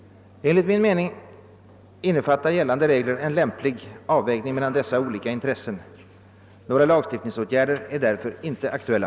Enligt min mening innefattar gällande regler en lämplig avvägning mellan dessa olika intressen. Några <lagstiftningsåtgärder är därför inte aktuella.